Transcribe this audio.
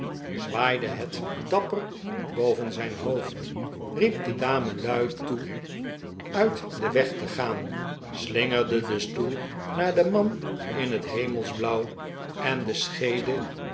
zwaaide het dapper boven zijn hoofd riep de dame luid toe uit den weg te gaan slingerde den stoel naar den man in het hemelsblauw en de scheede